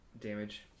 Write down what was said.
damage